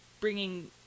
bringing